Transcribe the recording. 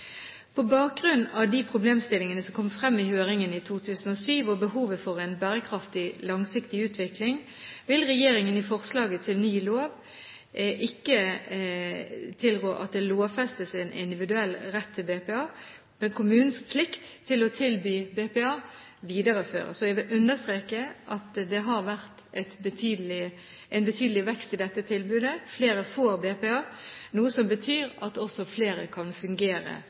På bakgrunn av de problemstillingene som kom frem i høringen i 2007 og behovet for en bærekraftig, langsiktig utvikling, vil regjeringen i forslaget til ny lov ikke tilrå at det lovfestes en individuell rett til BPA, men kommunens plikt til å tilby BPA videreføres. Jeg vil understreke at det har vært en betydelig vekst i dette tilbudet. Flere får BPA, noe som betyr at også flere kan fungere